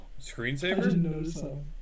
screensaver